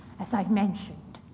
as i've mentioned.